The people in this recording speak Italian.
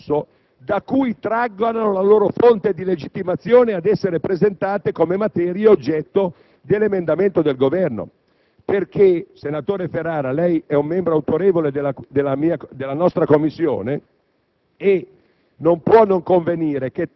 (non mi interessa se discusso o non discusso) da cui traggano la loro fonte di legittimazione ad essere presentate, appunto, come materie oggetto dell'emendamento del Governo. Senatore Ferrara, lei è un membro autorevole della nostra Commissione